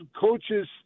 coaches